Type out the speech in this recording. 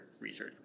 research